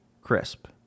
Crisp